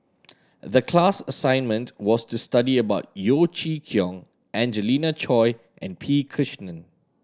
the class assignment was to study about Yeo Chee Kiong Angelina Choy and P Krishnan